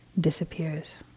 disappears